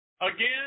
again